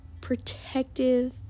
protective